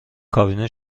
کابین